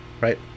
right